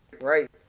Right